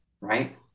right